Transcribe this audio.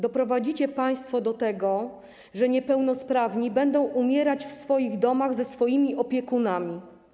Doprowadzicie państwo do tego, że niepełnosprawni będą umierać w swoich domach ze swoimi opiekunami.